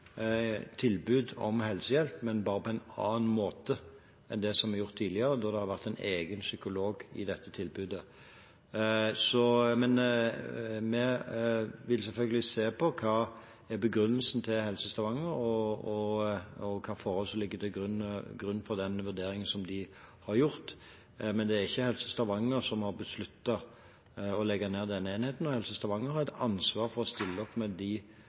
tilbud om helsehjelp, men bare på en annen måte enn det som er gjort tidligere, da det har vært en egen psykolog i dette tilbudet. Vi vil selvfølgelig se på hva som er begrunnelsen til Helse Stavanger og hvilke forhold som ligger til grunn for den vurderingen som de har gjort. Men det er ikke Helse Stavanger som har besluttet å legge ned denne enheten, og Helse Stavanger har et ansvar for å stille opp med det helsepersonellet som er nødvendig for å gi de